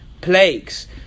plagues